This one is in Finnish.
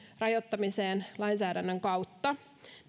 rajoittamiseen lainsäädännön kautta